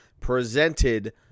presented